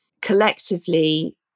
collectively